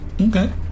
Okay